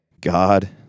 God